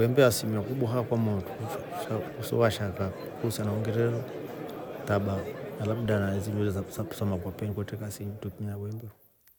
Wembe asilimia kubwa ha kwamotru so vashaka tweusa nao ngerero taba, labda na hizi nywele sa makwapeni kwete saa singi twe tumia weeembe.